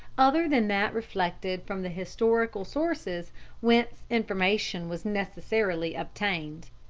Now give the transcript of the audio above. other than that reflected from the historical sources whence information was necessarily obtained.